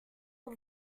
all